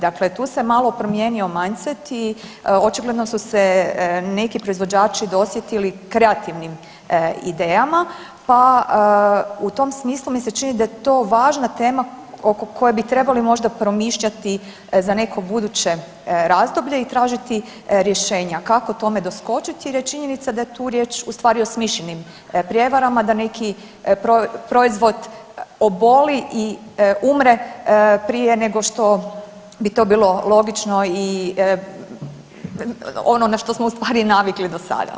Dakle tu se malo promijenio mindset i očigledno su se neki proizvođači dosjetili kreativnim idejama pa u tom smislu mi se čini da je to važna tema oko koje bi trebali možda promišljati za neko buduće razdoblje i tražiti rješenja kako tome doskočiti jer je činjenica da je tu riječ ustvari o smišljenim prijevarama, neki proizvod oboli i umre prije nego što bi to bilo logično i ono na što smo ustvari navikli do sada.